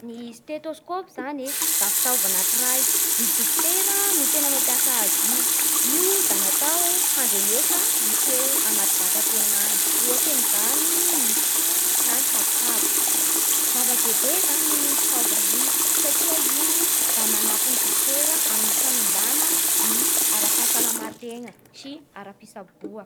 Ny stetôsaopy zany e da fitaova anakiray, ny dokotera no tena mampiasa azy io. Io da natao handregnesa ny feo anaty fatantegna any. Ohatsy amin'izany ny fo na ny havokavoky. Zava-dehibe zany iny fitaova igny satria igny da manampy ny dokotera amin'ny fanombana ny ara-pahasalama tegna sy ara-pitsaboa